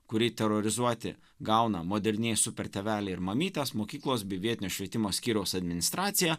kurį terorizuoti gauna modernieji super tėveliai ir mamytės mokyklos bei vietinio švietimo skyriaus administracija